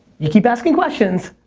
you keep asking questions.